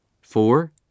Four